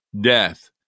death